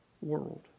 world